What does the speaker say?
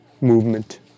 movement